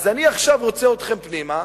אז אני עכשיו רוצה אתכם פנימה.